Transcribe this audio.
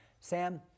Sam